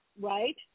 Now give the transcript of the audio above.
right